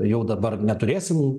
jau dabar neturėsime